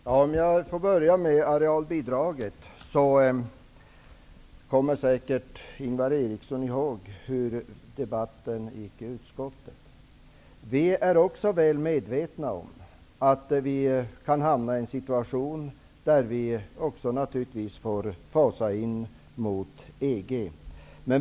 Fru talman! Jag skall börja med att ta upp arealbidraget. Ingvar Eriksson kommer säkert ihåg hur debatten fördes i utskottet. Vi är också väl medvetna om att vi kan hamna i en situation där vi också naturligtvis får fasa in mot EG.